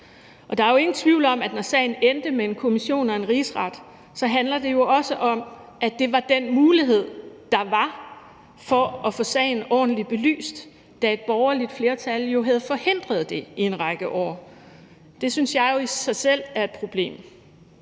og der er jo ingen tvivl om, at når sagen endte med en kommission og en rigsret, handler det jo også om, at det var den mulighed, der var for at få sagen ordentligt belyst, da et borgerligt flertal jo havde forhindret det i en række år. Det synes jeg jo i sig selv er et problem.